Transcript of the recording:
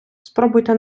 спробуйте